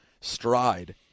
stride